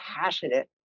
passionate